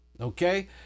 okay